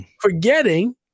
Forgetting